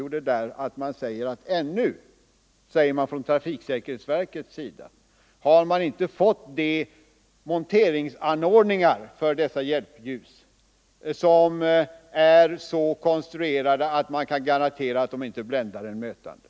Jo, trafiksäkerhetsverket säger att ännu har man inte fått monteringsanordningar för dessa hjälpljus som är så konstruerade att man kan garantera att hjälpljusen inte bländar den mötande.